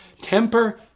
temper